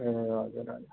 ए हजुर हजुर